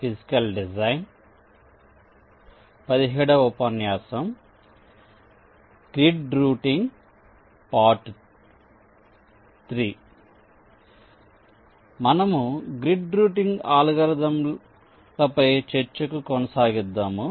కాబట్టి మనము grid routing అల్గోరిథంలపై చర్చను కొనసాగిద్దాము